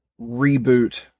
reboot